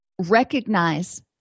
recognize